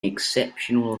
exceptional